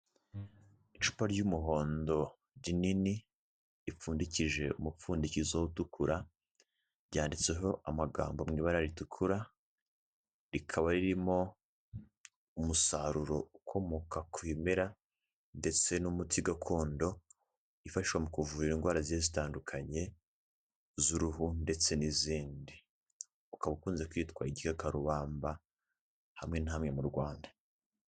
Icupa ry'umuhondo rinini ripfundikishije umupfundikizo utukura, ryanditseho amagambo mu ibara ritukura. Rikaba ririmo umusaruro ukomoka ku bimera ndetse n'umuti gakondo wifashashwa mu kuvura indwara zi zitandukanye z'uruhu ndetse n'izindi. Ukaba ukunze kwitwa igikakarubamba hamwe nabe mu rwanda.